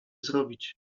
zrobić